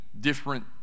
different